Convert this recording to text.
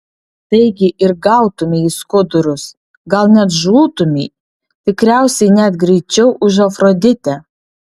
taigi ir gautumei į skudurus gal net žūtumei tikriausiai net greičiau už afroditę